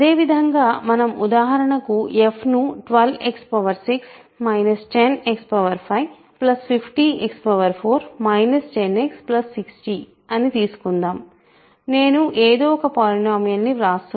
అదేవిధంగా మనం ఉదాహరణకు f ను 12x6 10x550x4 10x60 అని తీసుకుందాం నేను ఏదో ఒక పాలినోమియల్ ని వ్రాస్తున్నాను